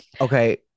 Okay